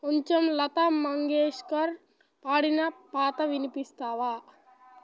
కొంచెం లతా మంగేష్కర్ పాడిన పాత వినిపిస్తావా